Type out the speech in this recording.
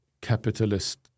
capitalist